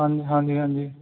ਹਾਂਜ ਹਾਂਜੀ ਹਾਂਜੀ